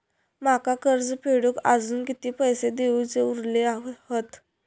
माका कर्ज फेडूक आजुन किती पैशे देऊचे उरले हत?